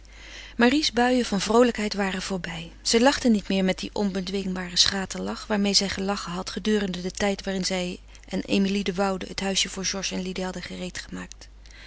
marie's buien van vroolijkheid waren voorbij zij lachte niet meer met dien onbedwingbaren schaterlach waarmede zij gelachen had gedurende den tijd waarin zij en emilie de woude het huisje voor georges en lili hadden